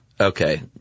okay